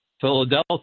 Philadelphia